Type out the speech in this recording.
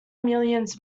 millions